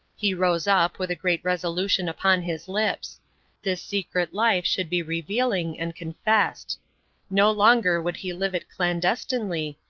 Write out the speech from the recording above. he rose up, with a great resolution upon his lips this secret life should be revealed, and confessed no longer would he live it clandestinely,